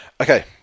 Okay